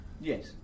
Yes